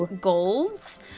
golds